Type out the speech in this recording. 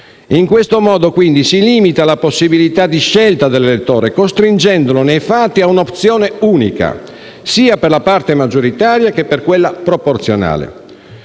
In questo modo, quindi, si limita la possibilità di scelta dell'elettore, costringendolo nei fatti a un'opzione unica sia per la parte maggioritaria che per quella proporzionale.